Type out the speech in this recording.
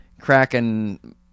cracking